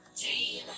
dream